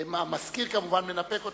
המזכיר כמובן מנפק אותו,